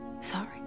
sorry